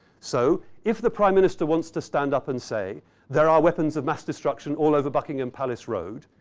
so, if the prime minister wants to stand up and say there are weapons of mass destruction all over buckingham palace road,